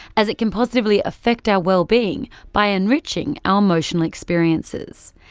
as it can positively affect our well-being by enriching our emotional experiences.